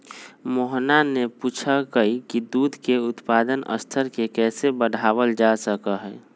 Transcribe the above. मोहना ने पूछा कई की दूध के उत्पादन स्तर के कैसे बढ़ावल जा सका हई?